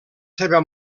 seva